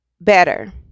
better